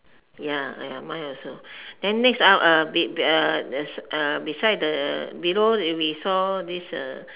ya uh mine also then next ah uh beside the below we saw this uh